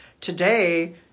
today